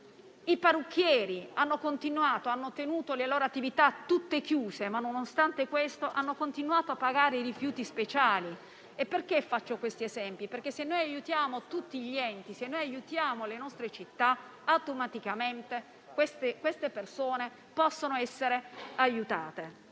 I parrucchieri hanno tenuto le loro attività chiuse, ma nonostante questo hanno continuato a pagare i rifiuti speciali. Faccio questi esempi perché, se aiutiamo tutti gli enti e le nostre città, automaticamente queste persone possono essere aiutate.